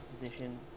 position